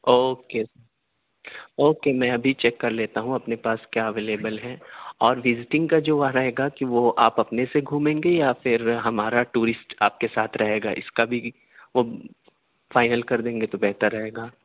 okay okay میں ابھی check کرلیتا ہوں اپنے پاس کیا اویلیبل ہیں اور وزٹنگ کا جو وہاں رہے گا کہ وہ آپ اپنے سے گھومیں گے یا پھر ہمارا ٹورسٹ آپ کے ساتھ رہے گا اس کا بھی وہ فائنل کردیں گے تو بہتر رہے گا